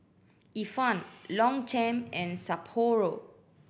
Ifan Longchamp and Sapporo